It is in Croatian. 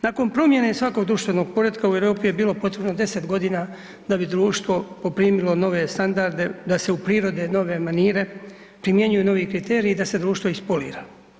Nakon promijene svakog društvenog poretka u Europi je bilo potrebno 10.g. da bi društvo poprimilo nove standarde da se uprirode nove manire, primjenjuju novi kriteriji i da se društvo ispolira.